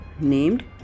named